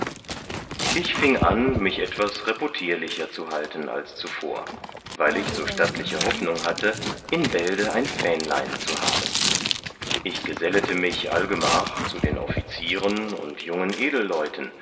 ich fieng an mich etwas reputierlicher zu halten als zuvor weil ich so stattliche hoffnung hatte in bälde ein fähnlein zu haben ich gesellete mich allgemach zu den offizieren und jungen